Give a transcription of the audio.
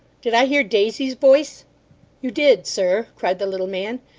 did i hear daisy's voice you did, sir cried the little man.